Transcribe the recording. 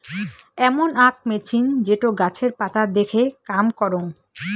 এমন আক মেছিন যেটো গাছের পাতা দেখে কাম করং